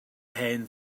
hen